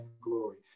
glory